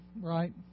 right